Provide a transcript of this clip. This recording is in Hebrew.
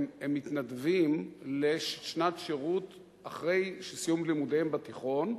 הם מתנדבים לשנת שירות אחרי סיום לימודיהם בתיכון.